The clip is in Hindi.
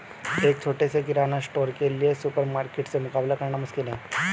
एक छोटे से किराना स्टोर के लिए सुपरमार्केट से मुकाबला करना मुश्किल है